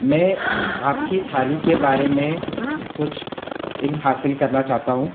میں آپ کی تھالی کے بارے میں کچھ علم حاصل کرنا چاہتا ہوں